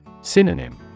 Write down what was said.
Synonym